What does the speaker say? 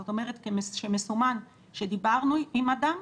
זאת אומרת שמסומן שדיברנו עם אדם,